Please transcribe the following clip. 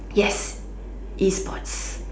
yes E sport